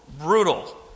brutal